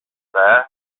there